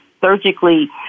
surgically